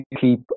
keep